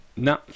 No